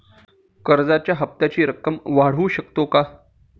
कर्जाच्या हप्त्याची रक्कम वाढवू शकतो का?